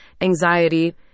anxiety